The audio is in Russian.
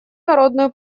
народную